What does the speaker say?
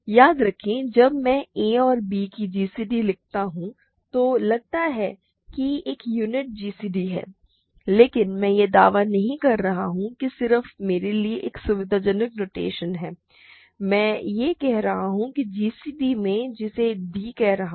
याद रखें जब मैं a और b की gcd लिखता हूँ तो यह लगता है कि एक यूनिक gcd है लेकिन मैं यह दावा नहीं कर रहा हूँ यह सिर्फ मेरे लिए एक सुविधाजनक नोटेशन है मैं यह कह रहा हूँ कि एक gcd है जिसे मैं d कह रहा हूँ